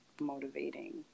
motivating